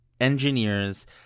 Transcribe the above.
engineers